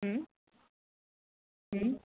ہوں ہوں